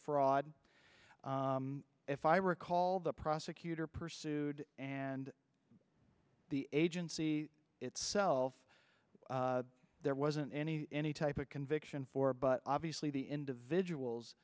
fraud if i recall the prosecutor pursued and the agency itself there wasn't any any type of conviction for but obviously the individuals